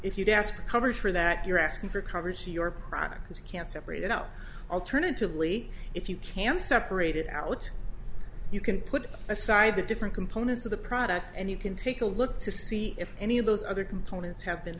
if you don't ask for coverage for that you're asking for coverage to your product can't separate it out alternatively if you can separate it out you can put aside the different components of the product and you can take a look to see if any of those other components have been